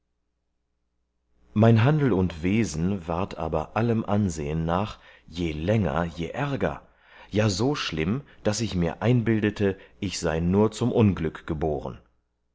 mein handel und wesen ward aber allem ansehen nach je länger je ärger ja so schlimm daß ich mir einbildete ich sei nur zum unglück geboren